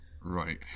right